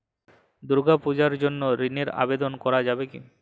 দুর্গাপূজার জন্য ঋণের আবেদন করা যাবে কি?